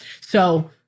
So-